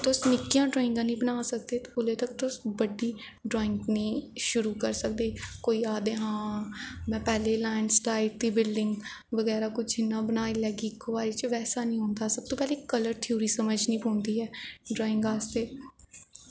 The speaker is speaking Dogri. तुस निक्कियां ड्राईंगां निं बनाई सकदे तां उसलै तक तुस बड्डी ड्राईंग निं शुरु करी सकदे कोई आक्खे हां में लाईनस्टाईन दी बिल्डिंग बगैरा कुछ इ'यां बनाई लैह्गी इक्को बारी च बैसा निं होंदा सब तो पैह्ले कल्लर थ्यूरी समझनी पौंदी ऐ ड्राईंग आस्तै